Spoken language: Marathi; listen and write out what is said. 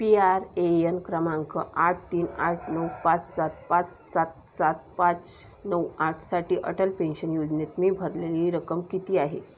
पी आर ए यन क्रमांक आठ तीन आठ नऊ पाच सात पाच सात सात पाच नऊ आठ साठी अटल पेन्शन योजनेत मी भरलेली रक्कम किती आहे